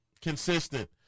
consistent